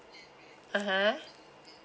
(uh huh)